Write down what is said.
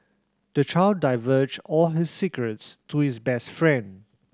the child divulged all his secrets to his best friend